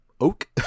oak